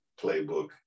playbook